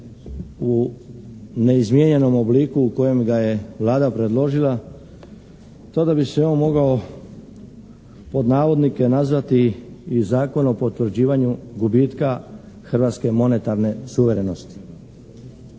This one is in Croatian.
u neizmijenjenom obliku u kojem ga je Vlada predložila, tada bi se on mogao pod navodnike nazvati i "Zakon o potvrđivanju gubitka hrvatske monetarne suverenosti".